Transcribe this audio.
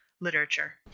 literature